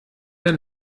der